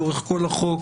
לאורך כל החוק